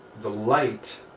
the light